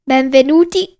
Benvenuti